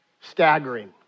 Staggering